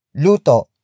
Luto